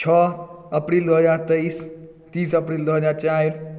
छओ अप्रील दू हजार तेइस तीस अप्रील दू हजार चारि